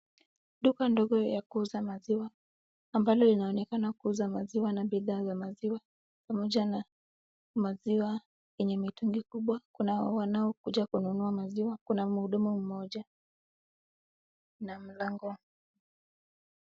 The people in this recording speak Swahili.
Duka ndogo ya kuuza maziwa ambalo linaonekana kuuza maziwa na bidhaa za maziwa pamoja na maziwa yenye mitungi kubwa. Kuna wanao kuja kununua maziwa. Kuna mhudumu mmoja na mlango.